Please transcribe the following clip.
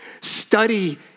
Study